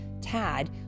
Tad